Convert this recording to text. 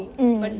mm